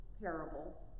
parable